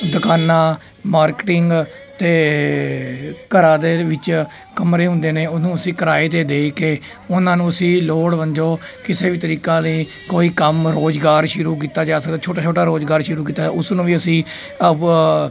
ਦੁਕਾਨਾਂ ਮਾਰਕੀਟਿੰਗ ਅਤੇ ਘਰਾਂ ਦੇ ਵਿੱਚ ਕਮਰੇ ਹੁੰਦੇ ਨੇ ਉਹਨੂੰ ਅਸੀਂ ਕਿਰਾਏ 'ਤੇ ਦੇ ਕੇ ਉਹਨਾਂ ਨੂੰ ਅਸੀਂ ਲੋੜ ਵੱਜੋ ਕਿਸੇ ਵੀ ਤਰੀਕਾ ਦੀ ਕੋਈ ਕੰਮ ਰੋਜ਼ਗਾਰ ਸ਼ੁਰੂ ਕੀਤਾ ਜਾ ਸਕਦਾ ਛੋਟੇ ਛੋਟਾ ਰੋਜ਼ਗਾਰ ਸ਼ੁਰੂ ਕੀਤਾ ਉਸ ਨੂੰ ਵੀ ਅਸੀਂ